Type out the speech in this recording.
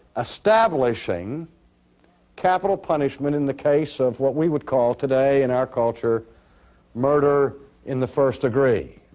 establishing capital punishment in the case of what we would call today in our culture murder in the first degree,